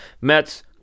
Mets